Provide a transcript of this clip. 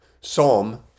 Psalm